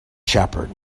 shepherd